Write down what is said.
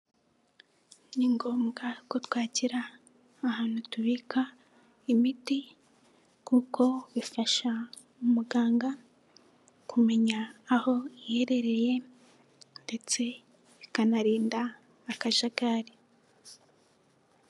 Ni ngombwa ko twakira ahantu tubika imiti kuko bifasha umuganga kumenya aho iherereye ndetse bikanarinda akajagari.